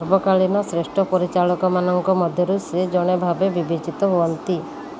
ସର୍ବକାଳୀନ ଶ୍ରେଷ୍ଠ ପରିଚାଳକମାନଙ୍କ ମଧ୍ୟରୁ ସେ ଜଣେ ଭାବେ ବିବେଚିତ ହୁଅନ୍ତି